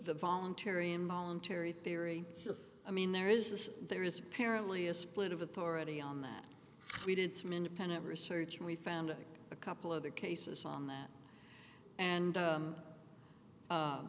voluntary involuntary theory i mean there is this there is apparently a split of authority on that we did some independent research and we found a couple of the cases on that and